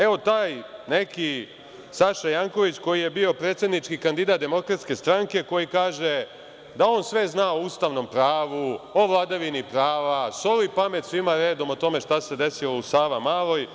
Evo, taj neki Saša Janković, koji je bio predsednički kandidat DS, koji kaže da on sve zna o ustavnom pravu, o vladavini prava, soli pamet svima redom o tome šta se desilo u Savamaloj.